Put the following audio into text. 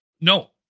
No